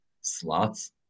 slots